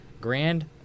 grand